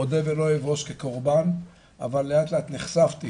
אודה ולא אבוש, כקורבן, אבל לאט לאט נחשפתי